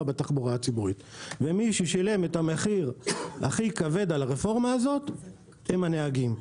בתחבורה הציבורית ומי ששילם את המחיר הכי כבד ברפורמה הזאת היו הנהגים.